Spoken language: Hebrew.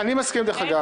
אני מסכים, דרך אגב.